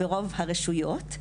ברוב הרשויות,